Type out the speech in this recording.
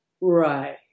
Right